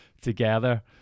together